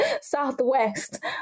southwest